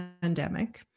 pandemic